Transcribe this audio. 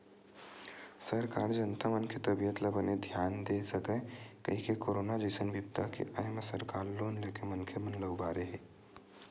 सरकार जनता मन के तबीयत ल बने धियान दे सकय कहिके करोनो जइसन बिपदा के आय म सरकार लोन लेके मनखे मन ल उबारे हे